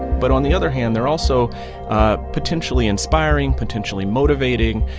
but on the other hand, they're also ah potentially inspiring, potentially motivating,